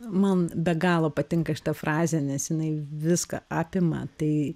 man be galo patinka šita frazė nes jinai viską apima tai